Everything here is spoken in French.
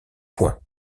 point